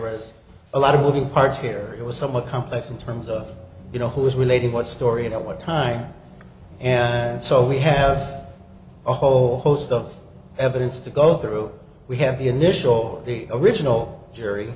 was a lot of moving parts here it was somewhat complex in terms of you know who is related what story and at what time and so we have a whole host of evidence to go through we have the initial the original